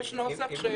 על